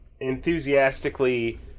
enthusiastically